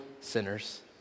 sinners